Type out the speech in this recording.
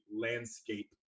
landscape